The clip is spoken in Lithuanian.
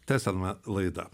tęsiame laidą